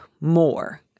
more